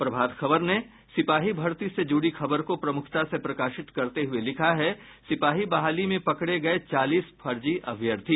प्रभात खबर ने सिपाही भर्ती से जुड़ी खबर को प्रमुखता से प्रकाशित करते हुये लिखा है सिपाही बहाली में पकड़े गये चालीस फर्जी अभ्यर्थी